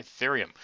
ethereum